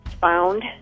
found